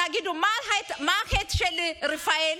תגידו, מה החטא של רפאל?